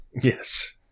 Yes